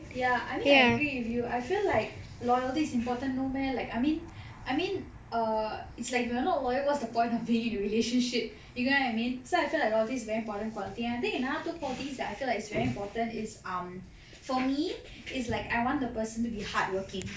ya I mean I agree with you I feel like loyalty is important no meh like I mean I mean err it's like we're not loyal what's the point of being in the relationship you get what I mean so I feel like loyalty is very important quality and I think another two qualities I feel like it's very important is um for me is like I want the person to be hardworking